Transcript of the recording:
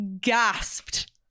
gasped